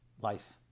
life